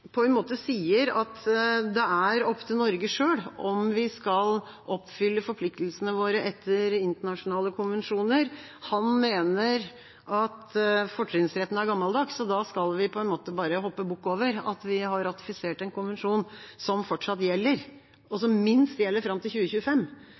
på en måte sier at det er opp til Norge selv om vi skal oppfylle forpliktelsene våre etter internasjonale konvensjoner. Han mener at fortrinnsretten er gammeldags, så da skal vi på en måte bare hoppe bukk over at vi har ratifisert en konvensjon som fortsatt gjelder, og